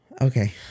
Okay